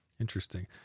Interesting